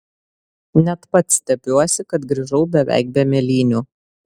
net pats stebiuosi kad grįžau beveik be mėlynių